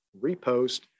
repost